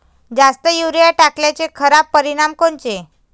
जास्त युरीया टाकल्याचे खराब परिनाम कोनचे?